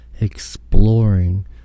exploring